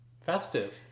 Festive